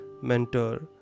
mentor